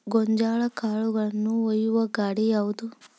ಗೋಂಜಾಳ ಕಾಳುಗಳನ್ನು ಒಯ್ಯುವ ಗಾಡಿ ಯಾವದು?